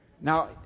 Now